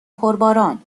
پرباران